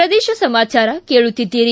ಪ್ರದೇಶ ಸಮಾಚಾರ ಕೇಳುತ್ತಿದ್ದೀರಿ